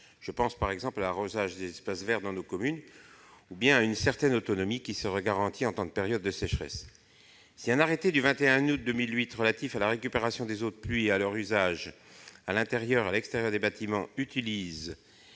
Je pense, par exemple, à l'arrosage des espaces verts dans nos communes ou à la possibilité de garantir une certaine autonomie dans les périodes de sécheresse. Si un arrêté du 21 août 2008 relatif à la récupération des eaux de pluie et à leur usage à l'intérieur et à l'extérieur des bâtiments autorise